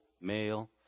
male